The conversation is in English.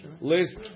list